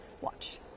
Watch